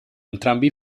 entrambi